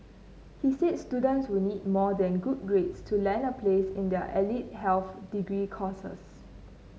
he said students will need more than good grades to land a place in the allied health degree courses